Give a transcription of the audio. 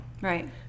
Right